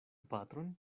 patron